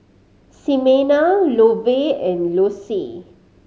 Ximena Lovey and Lossie